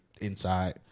inside